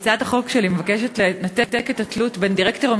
הצעת החוק שלי מבקשת לנתק את התלות בין דירקטורים